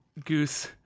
Goose